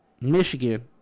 Michigan